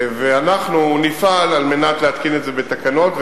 ואנחנו נפעל להתקין את זה בתקנות,